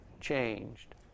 changed